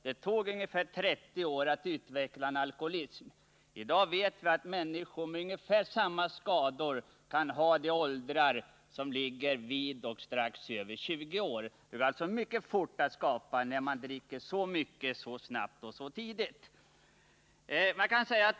Det tog ungefär 30 år att utveckla en alkoholism. I dag vet vi att människor med ungefär samma skador kan ha åldrar som ligger vid och strax över 20 år. Det går alltså mycket fort att skapa alkoholism när man dricker så mycket, så snabbt och så tidigt.